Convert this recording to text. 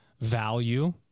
value